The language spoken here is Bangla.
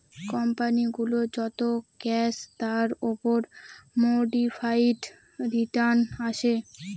কোম্পানি গুলোর যত ক্যাশ তার উপর মোডিফাইড রিটার্ন আসে